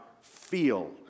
feel